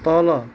तल